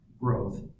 growth